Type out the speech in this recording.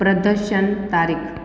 प्रदर्शन तारीख़ु